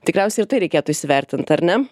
tikriausiai ir tai reikėtų įsivertint ar ne